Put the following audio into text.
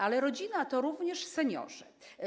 Ale rodzina to również seniorzy.